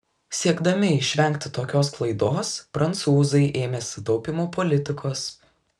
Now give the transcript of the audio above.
siekdami išvengti tokios klaidos prancūzai ėmėsi taupymo politikos